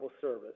service